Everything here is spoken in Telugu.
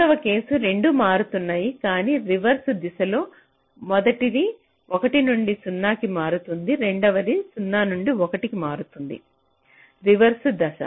మూడవ కేసులు రెండూ మారుతున్నాయి కానీ రివర్స దిశలో మొదటిది 1 నుండి 0 కి మారుతుంది రెండవది 0 నుండి 1 కి మారుతుంది రివర్స దిశ